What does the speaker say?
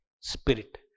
spirit